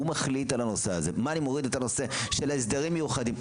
אני מוריד את הנושא של הסדרים מיוחדים,